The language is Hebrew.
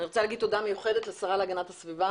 אני רוצה לומר תודה מיוחדת לשרה להגנת הסביבה